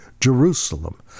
Jerusalem